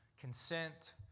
consent